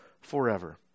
forever